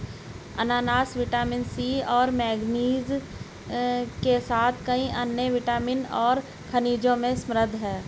अनन्नास vitamin C और manganese के साथ कई अन्य विटामिन और खनिजों में समृद्ध हैं